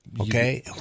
Okay